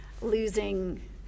losing